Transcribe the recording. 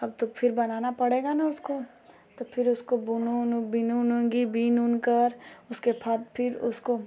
अब तो फिर बनाना पड़ेगा ना उसको तो फिर उसको बुनूँ उनूँ बिनूँ उनूँगी बिन उनकर उसके फिर उसको